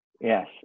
Yes